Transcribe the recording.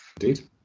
Indeed